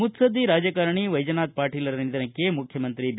ಮುತ್ಲದ್ದಿ ರಾಜಕಾರಣಿ ವೈಜನಾಥ ಪಾಟೀಲರ ನಿಧನಕ್ಕೆ ಮುಖ್ಯಮಂತ್ರಿ ಬಿ